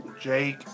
Jake